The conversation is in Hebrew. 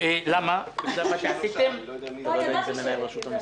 האלה מול ראש רשות המיסים.